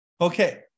Okay